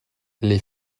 les